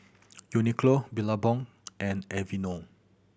Uniqlo Billabong and Aveeno